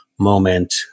moment